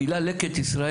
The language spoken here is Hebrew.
המילה 'לקט ישראל',